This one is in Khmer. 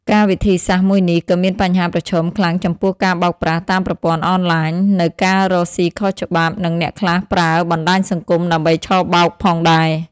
ការវិធីសាស្រ្តមួយនេះក៏មានបញ្ហាប្រឈមខ្លាំងចំពោះការបោកប្រាស់តាមប្រព័ន្ធអនឡាញនៅការរកសុីខុសច្បាប់និងអ្នកខ្លះប្រើបណ្តាញសង្គមដើម្បីឆបោកផងដែរ។